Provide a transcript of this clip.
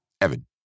Evan